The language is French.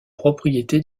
propriété